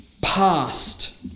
Past